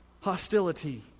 hostility